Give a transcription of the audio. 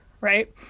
Right